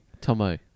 Tomo